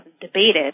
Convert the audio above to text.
debated